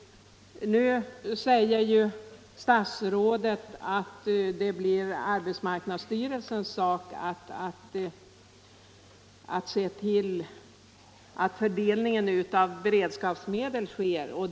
Nu säger statsrådet att det blir arbetsmarknadsstyrelsens sak att se till att beredskapsmedlen fördelas.